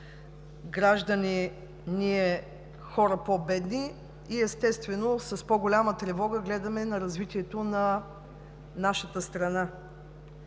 граждани, хора по-бедни и, естествено, с по-голяма тревога гледаме на развитието на нашата страна.